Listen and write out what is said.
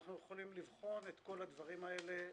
אנחנו יכולים לבחון את כל הדברים האלה בהמשך.